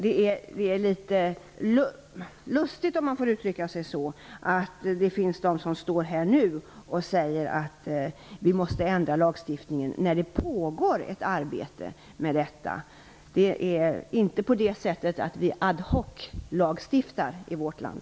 Det är litet lustigt, om jag får uttrycka mig så, att det nu finns de som står här och säger att vi måste ändra lagstiftningen, när det pågår ett arbete med detta. Det är inte på det sättet att vi ad hoc-lagstiftar i vårt land.